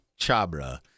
Chabra